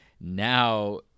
now